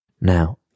Now